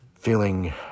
feeling